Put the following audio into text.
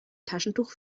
taschentuch